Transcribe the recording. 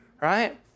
Right